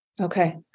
okay